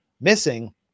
missing